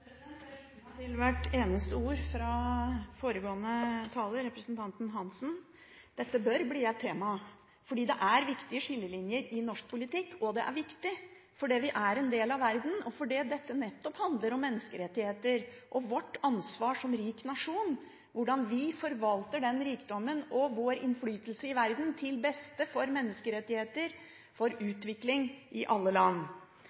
viktige skillelinjer i norsk politikk. Det er viktig fordi vi er en del av verden, og fordi dette nettopp handler om menneskerettigheter og vårt ansvar som rik nasjon, hvordan vi forvalter den rikdommen og vår innflytelse i verden til beste for menneskerettigheter og for utvikling i alle land.